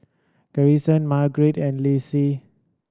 Garrison Margarite and